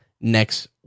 next